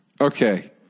Okay